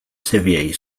sevier